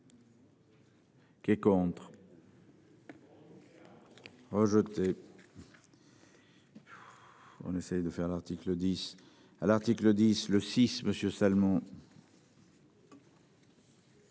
Qui est contre. Rejeté. On essaie de faire l'article 10 à l'article 10, le six Monsieur Salmon.